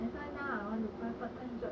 that's why now I want to find part time job